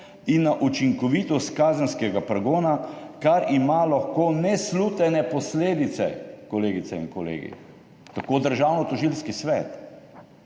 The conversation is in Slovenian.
in na učinkovitost kazenskega pregona, kar lahko ima neslutene posledice, kolegice in kolegi. Tako Državnotožilski svet.